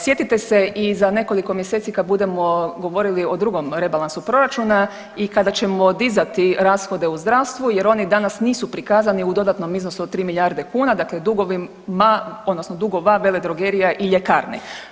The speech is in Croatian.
Sjetite se i za nekoliko mjeseci kad budemo govorili o drugom rebalansu proračuna i kada ćemo dizati rashode u zdravstvu jer oni danas nisu prikazani u dodatnom iznosu od 3 milijarde kuna, dakle dugova veledrogerija i ljekarni.